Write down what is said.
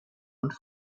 und